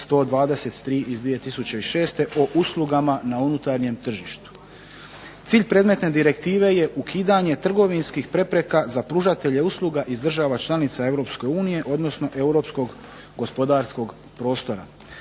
123 iz 2006. o uslugama na unutarnjem tržištu. Cilj predmetne direktive je ukidanje trgovinskih prepreka za pružatelje usluga iz država članica Europske unije, odnosno europskog gospodarskog prostora.